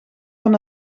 van